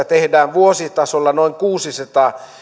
tehdään vuositasolla noin kuusisataa